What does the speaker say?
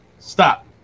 Stop